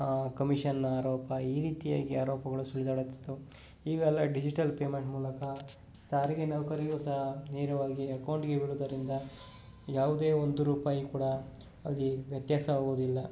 commission ಆರೋಪ ಈ ರೀತಿಯಾಗಿ ಆರೋಪಗಳು ಸುಳಿದಾಡುತ್ತಿದ್ದವು ಈಗೆಲ್ಲ ಡಿಜಿಟಲ್ ಪೇಮೆಂಟ್ ಮೂಲಕ ಸಾರಿಗೆ ನೌಕರಿಗೂ ಸಹ ನೇರವಾಗಿ ಅಕೌಂಟಿಗೆ ಬೀಳೋದರಿಂದ ಯಾವುದೇ ಒಂದು ರೂಪಾಯಿ ಕೂಡ ಅಲ್ಲಿ ವ್ಯತ್ಯಾಸ ಆಗೋದಿಲ್ಲ